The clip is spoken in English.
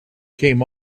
came